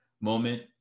moment